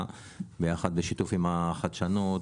בשיתוף פעולה עם החדשנות,